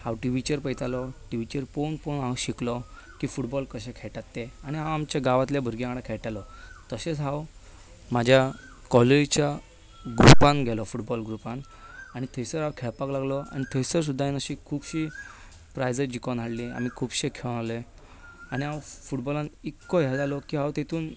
हांव टिवीचेर पळयतालों टिवीचेर पळोवन पळोवन हांव शिकलों की फुटबॉल कशें खेळटात तें आनी हांव आमच्या गांवांतल्या भुरग्यां वांगडा खेळटालों तशेंच हांव म्हज्या कॉलेजीच्या ग्रुपांत गेलों फुटबॉल ग्रुपांत थंयसर हांव खेळपाक लागलो थंयसर सुद्दां खुबशीं प्रायझीस जिखून हाडलीं आनी खुबशे खेळ मांडले आनी हांव फुटबॉलांत इतलो हें जालो की हांव तातूंत